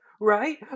Right